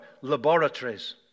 laboratories